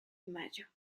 mayo